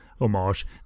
homage